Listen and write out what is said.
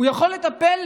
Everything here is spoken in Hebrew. הוא יכול לטפל,